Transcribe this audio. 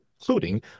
including